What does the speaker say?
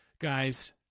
Guys